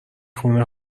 خونه